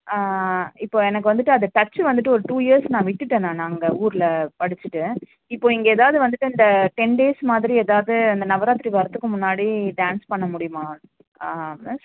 இப்போது எனக்கு வந்துட்டு அந்த டச் வந்துட்டு ஒரு டூ இயர்ஸ் நான் விட்டுவிட்டேன் நான் அங்கே ஊரில் படிச்சுட்டு இப்போது இங்கே ஏதாவது வந்துட்டு இந்த டென் டேஸ் மாதிரி ஏதாவது அந்த நவராத்திரி வர்றதுக்கு முன்னாடி டான்ஸ் பண்ண முடியுமா ஆ மிஸ்